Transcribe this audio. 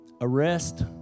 Arrest